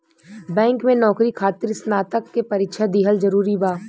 Bank में नौकरी खातिर स्नातक के परीक्षा दिहल जरूरी बा?